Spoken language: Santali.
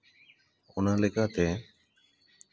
ᱚᱱᱟ ᱞᱮᱠᱟᱛᱮ